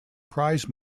prize